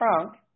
trunk